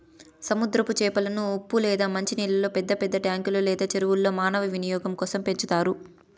సముద్రపు చేపలను ఉప్పు లేదా మంచి నీళ్ళల్లో పెద్ద పెద్ద ట్యాంకులు లేదా చెరువుల్లో మానవ వినియోగం కోసం పెంచుతారు